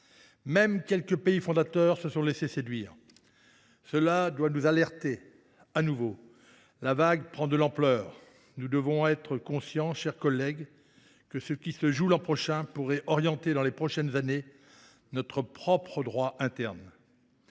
Même quelques pays fondateurs se sont laissé séduire. Cela doit nous alerter de nouveau. La vague prend de l’ampleur. Nous devons être conscients, mes chers collègues, que ce qui se jouera l’an prochain pourrait orienter dans les années à venir notre propre droit interne.